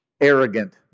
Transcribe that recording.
arrogant